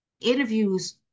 interviews